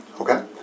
Okay